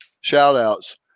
shout-outs